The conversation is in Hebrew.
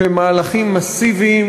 שהם מהלכים מסיביים,